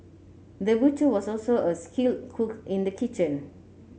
the butcher was also a skilled cook in the kitchen